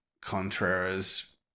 Contreras